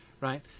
right